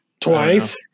Twice